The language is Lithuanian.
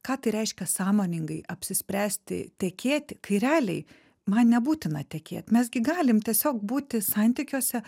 ką tai reiškia sąmoningai apsispręsti tekėti kai realiai man nebūtina tekėt mes gi galim tiesiog būti santykiuose